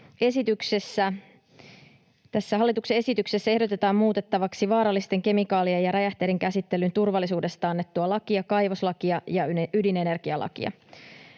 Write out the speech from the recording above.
hallituksen esityksessä ehdotetaan muutettavaksi vaarallisten kemikaalien ja räjähteiden käsittelyn turvallisuudesta annettua lakia, kaivoslakia ja ydinenergialakia.